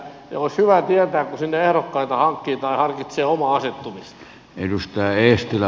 olisi hyvä tietää kun sinne ehdokkaita hankkii tai harkitsee omaa asettumistaan